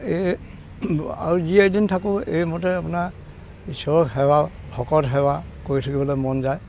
এই আৰু যি এদিন থাকোঁ এইমতে আপোনাৰ ইশ্বৰৰ সেৱা ভকত সেৱা কৰি থাকিবলৈ মন যায়